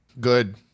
Good